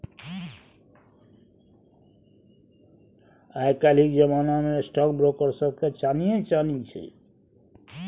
आय काल्हिक जमाना मे स्टॉक ब्रोकर सभके चानिये चानी छै